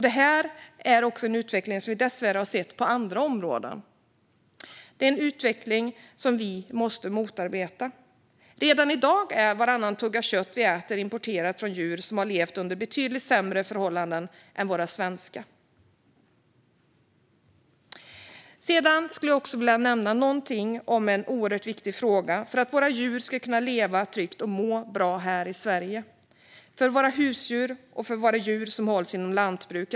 Det är en utveckling som vi dessvärre har sett på andra områden och som vi måste motarbeta. Redan i dag är varannan tugga kött vi äter importerad från djur som har levt under betydligt sämre förhållanden än våra svenska. Sedan vill jag nämna något om en fråga som är oerhört viktig för att våra djur ska kunna leva tryggt och må bra här i Sverige. Det gäller våra husdjur och våra djur som hålls inom lantbruk.